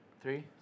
Three